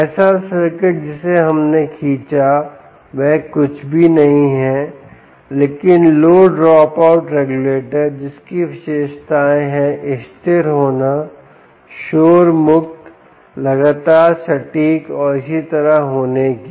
ऐसा सर्किट जिसे हमने खींचा वह कुछ भी नहीं है लेकिन लो ड्रॉपआउट रेगुलेटर जिसकी विशेषताएं हैं स्थिर होना शोर मुक्त लगातार सटीक और इसी तरह होने की